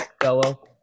fellow